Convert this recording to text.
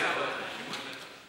זה קורה, זה קורה.